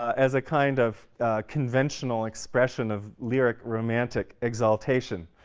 as a kind of conventional expression of lyric romantic exaltation.